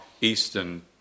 Eastern